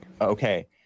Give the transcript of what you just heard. Okay